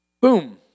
Boom